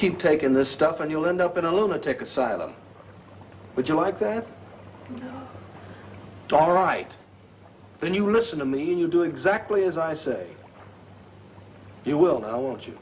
keep taking this stuff and you'll end up in a lunatic asylum but you like that all right then you listen to me and you do exactly as i say you will know i want you